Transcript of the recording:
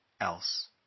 else